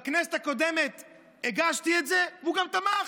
בכנסת הקודמת הגשתי את זה, והוא גם תמך.